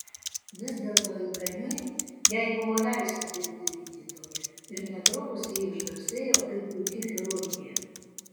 vis dėlto ilgainiui jai buvo leista dirbti gydytoja ir netrukus ji išgarsėjo kaip puiki chirurgė